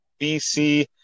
BC